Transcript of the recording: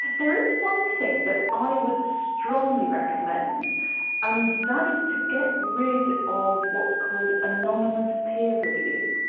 there is one thing that i would strongly recommend and that is to get rid of what's called anonymous peer review.